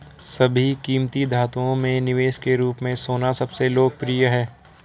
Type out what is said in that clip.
सभी कीमती धातुओं में निवेश के रूप में सोना सबसे लोकप्रिय है